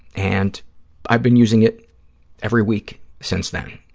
and i've been using it every week since then,